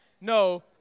No